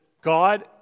God